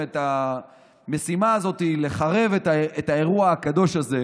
את המשימה הזאת לחרב את האירוע הקדוש הזה,